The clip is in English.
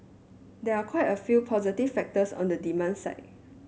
there are quite a few positive factors on the demand side